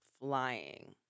flying